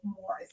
more